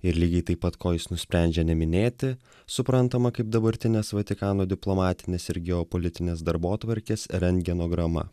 ir lygiai taip pat ko jis nusprendžia neminėti suprantama kaip dabartinės vatikano diplomatinės ir geopolitinės darbotvarkės rentgenograma